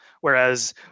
Whereas